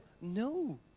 No